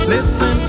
Listen